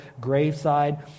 graveside